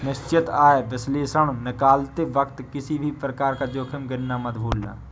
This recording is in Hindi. निश्चित आय विश्लेषण निकालते वक्त किसी भी प्रकार का जोखिम गिनना मत भूलना